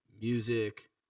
music